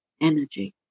energy